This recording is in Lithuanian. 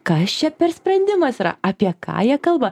kas čia per sprendimas yra apie ką jie kalba